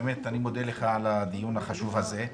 באמת אני מודה לך על הדיון החשוב הזה.